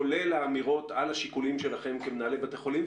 כולל האמירות על השיקולים שלכם כמנהלי בתי חולים.